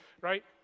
Right